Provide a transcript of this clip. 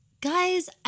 Guys